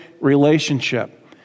relationship